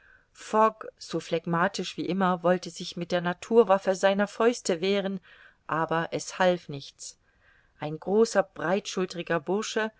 so phlegmatisch wie immer wollte sich mit der naturwaffe seiner fäuste wehren aber es half nichts ein großer breitschulteriger bursche